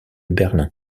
berlin